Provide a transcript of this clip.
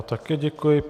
Také děkuji.